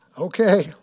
Okay